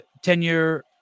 Tenure